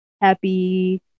happy